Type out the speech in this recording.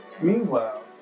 Meanwhile